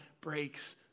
breaks